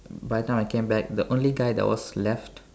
by the time I came back the only guy that was left